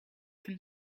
can